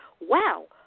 wow